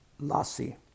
Lassi